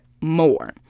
more